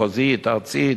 מחוזית, ארצית,